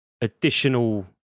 additional